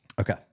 Okay